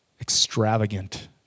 Extravagant